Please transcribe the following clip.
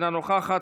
אינה נוכחת,